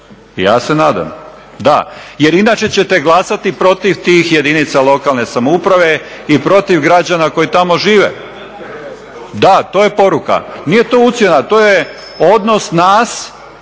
ja se nadam. Da, jer inače ćete glasati protiv tih jedinica lokalne samouprave i protiv građana koji tamo žive. Da, to je poruka. Nije to ucjena, to je odnos nas